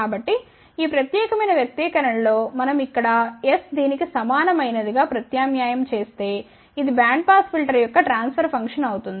కాబట్టి ఈ ప్రత్యేకమైన వ్యక్తీకరణ లో మనం ఇక్కడ s దీనికి సమానమైనదిగా ప్రత్యామ్నాయం చేస్తే ఇది బ్యాండ్ పాస్ ఫిల్టర్ యొక్క ట్రాన్ఫర్ ఫంక్షన్ అవుతుంది